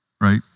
Right